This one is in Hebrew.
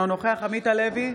אינו נוכח עמית הלוי,